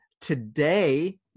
today